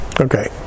Okay